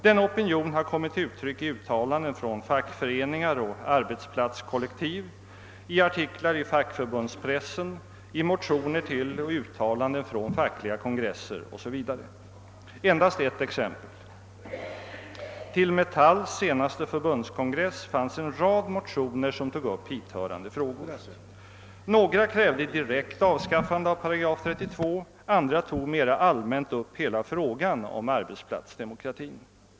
Denna opinion har kommit till uttryck i uttalanden från fackföreningar och arbetsplatskollektiv, i artiklar i fackförbundspressen, i motioner till och uttalanden från fackliga kongresser osv. Endast ett exempel: Till Metalls senaste förbundskongress fanns en rad motioner som tog upp hithörande frågor. Några krävde direkt avskaffande av 8 32, andra tog mera allmänt upp hela frågan om arbetsplatsdemokratin.